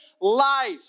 life